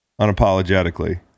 Unapologetically